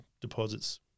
deposits